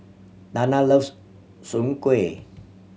Dana loves Soon Kueh